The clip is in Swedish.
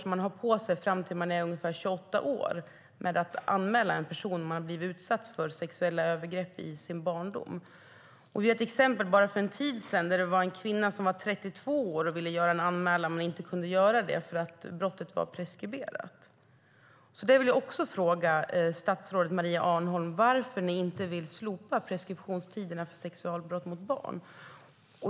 Det är alltså fram till att man är ungefär 28 år man har på sig för att anmäla en person som utsatt en för sexuella övergrepp i barndomen. För bara en tid sedan hade vi ett exempel på en kvinna som var 32 år och ville göra en anmälan men inte kunde göra det, därför att brottet var preskriberat. Också det vill jag alltså fråga statsrådet Maria Arnholm: Varför vill ni inte slopa preskriptionstiderna för sexualbrott mot barn?